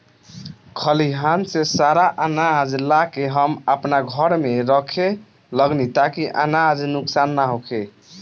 खलिहान से सारा आनाज ला के हम आपना घर में रखे लगनी ताकि अनाज नुक्सान ना होखे